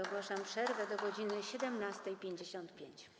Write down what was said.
Ogłaszam przerwę do godz. 17.55.